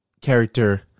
Character